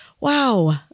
Wow